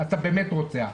אתה באמת רוצח.